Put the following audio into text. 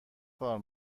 کار